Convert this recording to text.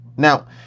Now